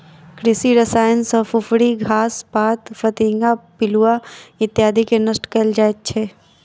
कृषि रसायन सॅ फुफरी, घास पात, फतिंगा, पिलुआ इत्यादिके नष्ट कयल जाइत छै